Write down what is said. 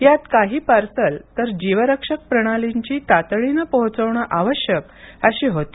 यात काही पार्सल तर जीवरक्षक प्रणांलींची तातडीनं पोहोचवणं आवश्यक अशी होती